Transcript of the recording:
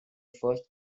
first